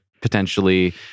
Potentially